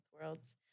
worlds